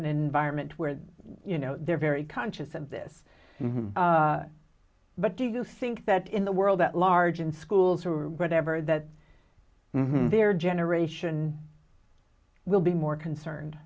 an environment where you know they're very conscious and this but do you think that in the world at large in schools or whatever that their generation we'll be more concerned